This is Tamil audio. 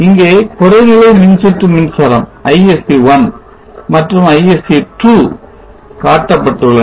இங்கே குறைநிலை மின்சுற்று மின்சாரம் ISC1 மற்றும் ISC2 காட்டப்பட்டுள்ளன